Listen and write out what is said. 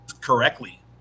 correctly